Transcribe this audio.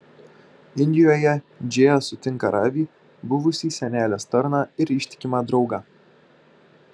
indijoje džėja sutinka ravį buvusį senelės tarną ir ištikimą draugą